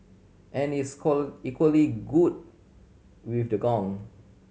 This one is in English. and is equally good with the gong